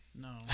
No